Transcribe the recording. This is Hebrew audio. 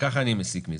ככה אני מסיק מזה,